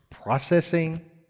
processing